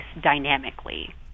dynamically